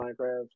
Minecraft